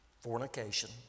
fornication